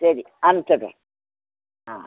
சரி அனுப்ச்சுட்றன் ஆ